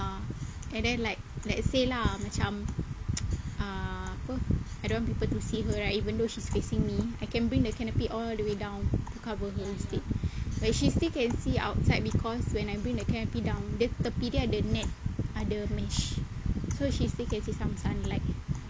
ya and then like let's say lah macam err apa I don't want people to see her right even though she's facing me I can bring the canopy all the way down to cover her instead but she still can see outside because when I bring the canopy down dia tepi dia ada net ada meshed so she still can see some sunlight